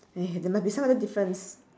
eh there must be some other difference